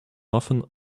often